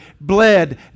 bled